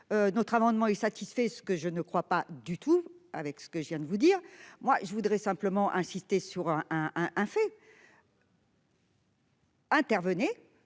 Notre amendement est satisfait. Ce que je ne crois pas du tout avec ce que je viens de vous dire, moi je voudrais simplement insister sur un, un fait. Intervenait